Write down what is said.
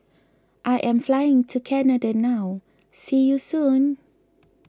I am flying to Canada now see you soon